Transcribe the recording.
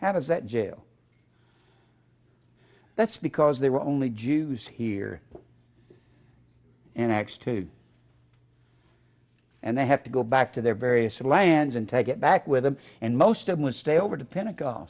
how does that jail that's because they were only jews here and acts two and they have to go back to their various lands and take it back with them and most of them stay over the pentagon